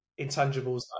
intangibles